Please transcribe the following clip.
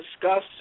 discuss